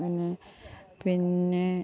പിന്നെ പിന്നേ